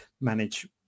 manage